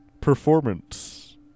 performance